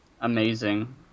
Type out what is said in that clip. Amazing